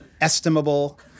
estimable